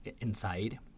inside